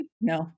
No